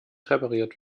repariert